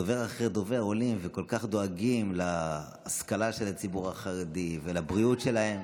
דובר אחר דובר עולה וכל כך דואג להשכלה של הציבור החרדי ולבריאות שלהם.